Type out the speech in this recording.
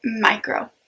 micro